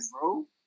bro